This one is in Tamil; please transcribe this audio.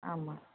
ஆமாம்